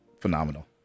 phenomenal